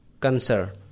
Cancer